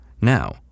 Now